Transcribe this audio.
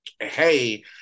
hey